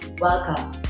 Welcome